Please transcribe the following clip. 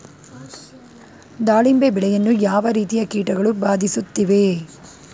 ದಾಳಿಂಬೆ ಬೆಳೆಯನ್ನು ಯಾವ ರೀತಿಯ ಕೀಟಗಳು ಬಾಧಿಸುತ್ತಿವೆ?